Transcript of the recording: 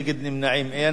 נגד אין, נמנעים אין.